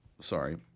Sorry